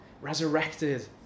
Resurrected